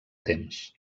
temps